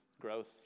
growth